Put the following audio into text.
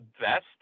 best